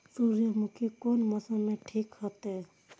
सूर्यमुखी कोन मौसम में ठीक होते?